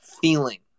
feeling